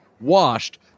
washed